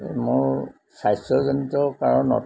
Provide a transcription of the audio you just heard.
মোৰ স্বাস্থ্যজনিত কাৰণত